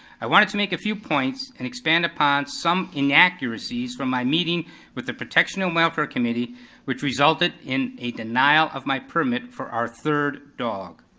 i wanted to make a few points and expand upon some inaccuracies from my meeting with the protection and welfare committee which resulted in a denial of my permit for our third dog.